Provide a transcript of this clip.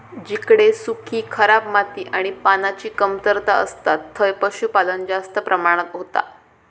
जिकडे सुखी, खराब माती आणि पान्याची कमतरता असता थंय पशुपालन जास्त प्रमाणात होता